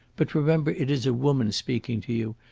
but remember it is a woman speaking to you,